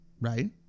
right